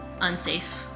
unsafe